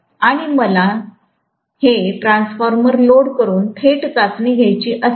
आणि जर मला हे ट्रान्सफॉर्मर लोड करून थेट चाचणी घ्यायची असेल